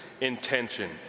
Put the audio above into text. intention